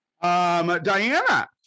diana